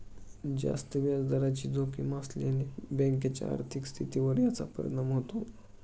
जास्त व्याजदराची जोखीम असल्याने बँकेच्या आर्थिक स्थितीवर याचा परिणाम होतो